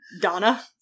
Donna